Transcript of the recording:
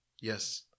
Yes